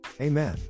Amen